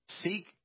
seek